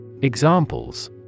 Examples